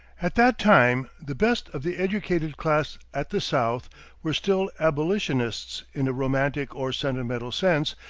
at that time the best of the educated class at the south were still abolitionists in a romantic or sentimental sense,